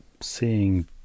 seeing